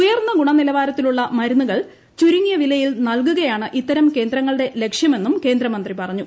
ഉയർന്ന ഗുണ നിലവാരത്തിലുള്ള മരുന്നുകൾ ചുരുങ്ങിയ വിലയിൽ നൽകുകയാണ് ഇത്തരം കേന്ദ്രങ്ങളുടെ ലക്ഷ്യ മെന്നും കേന്ദ്ര മന്ത്രി പറഞ്ഞു